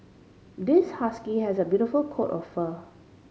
this husky has a beautiful coat of fur